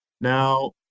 Now